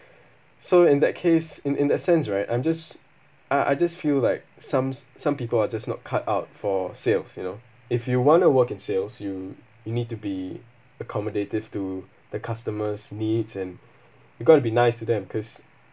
so in that case in in that sense right I'm just uh I just feel like somes some people are just not cut out for sales you know if you want to work in sales you you need to be accommodative to the customers' needs and you've got to be nice to them because